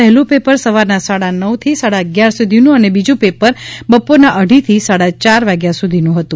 પહેલું પેપર સવારના સાડા નવથી સાડા અગ્યાર સુધી અને બીજું પેપર બપોરના અઢીથી સાડા ચાર વાગ્યા સુધીનું હતું